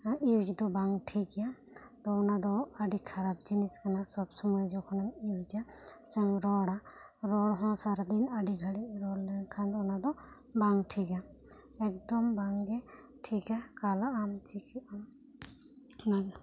use ᱫᱚ ᱵᱟᱝ ᱴᱷᱤᱠ ᱜᱤᱭᱟ ᱛᱚ ᱚᱱᱟ ᱫᱚ ᱟᱹᱰᱤ ᱠᱷᱟᱨᱟᱵᱽ ᱡᱤᱱᱤᱥ ᱠᱟᱱᱟ ᱥᱚᱵ ᱥᱚᱢᱚᱭ ᱡᱚᱠᱷᱚᱱ ᱮᱢ ᱭᱩᱡᱟ ᱥᱮᱢ ᱨᱚᱲᱟ ᱨᱚᱲ ᱦᱚᱸ ᱥᱟᱨᱟ ᱫᱤᱱ ᱟᱹᱰᱤ ᱜᱷᱟᱹᱲᱤᱡ ᱨᱚᱲ ᱞᱮᱱᱠᱷᱟᱱ ᱫᱚ ᱚᱱᱟ ᱫᱚ ᱵᱟᱝ ᱴᱷᱤᱠᱟ ᱮᱠᱫᱚᱢ ᱵᱟᱝ ᱜᱮ ᱴᱷᱤᱠᱟ ᱠᱟᱞᱟᱜ ᱟᱢ ᱪᱤᱠᱟ ᱟᱢ ᱚᱱᱟᱜᱮ